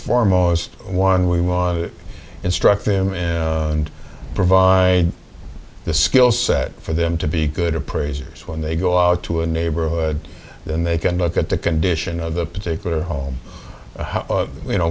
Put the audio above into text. one we want to instruct them and provide the skill set for them to be good appraisers when they go out to a neighborhood and they can look at the condition of the particular home you know